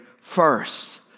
first